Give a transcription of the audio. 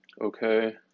okay